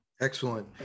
Excellent